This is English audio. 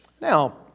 Now